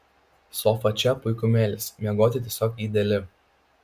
sofa čia puikumėlis miegoti tiesiog ideali